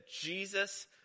Jesus